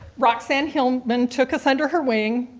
roxanne hillman took us under her wing,